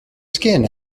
skin